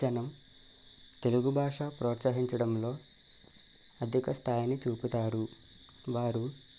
జనం తెలుగు భాషప్రోత్సహించడంలో అధిక స్థాయిని చూపుతారు వారు